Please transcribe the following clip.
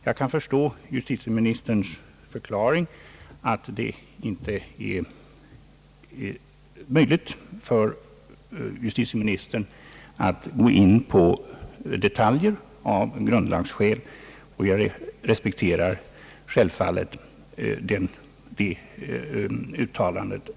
Jag kan förstå justitieministerns förklaring att det av grundlagsskäl inte är möjligt för honom att gå in på detaljer, och jag repsekterar självfallet det uttalandet.